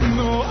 no